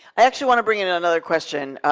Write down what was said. i actually want to bring in another question.